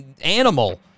animal